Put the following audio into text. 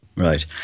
Right